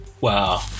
Wow